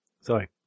Sorry